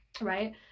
right